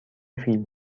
فیلم